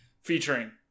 Featuring